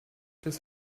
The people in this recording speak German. das